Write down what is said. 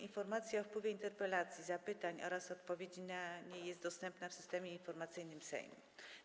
Informacja o wpływie interpelacji, zapytań oraz odpowiedzi na nie jest dostępna w Systemie Informacyjnym Sejmu.